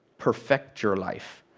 perfect your life.